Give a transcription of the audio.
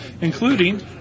including